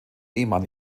ehemann